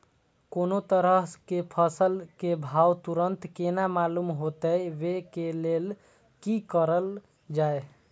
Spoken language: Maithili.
कोनो तरह के फसल के भाव तुरंत केना मालूम होते, वे के लेल की करल जाय?